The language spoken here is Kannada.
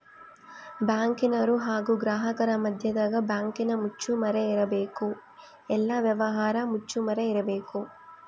ಬ್ಯಾಂಕಿನರು ಹಾಗು ಗ್ರಾಹಕರ ಮದ್ಯದಗ ಬ್ಯಾಂಕಿನ ಮುಚ್ಚುಮರೆ ಇರಬೇಕು, ಎಲ್ಲ ವ್ಯವಹಾರ ಮುಚ್ಚುಮರೆ ಇರಬೇಕು